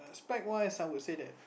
pack wise I would say that